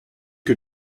que